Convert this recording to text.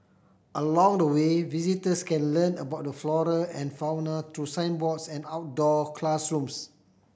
along the way visitors can learn about the flora and fauna through signboards and outdoor classrooms